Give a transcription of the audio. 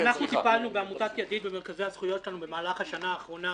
טיפלנו בעמותת "ידיד" במרכזי הזכויות שלנו במהלך השנה האחרונה